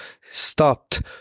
stopped